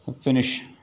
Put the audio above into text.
finish